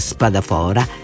Spadafora